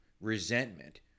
resentment